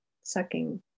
sucking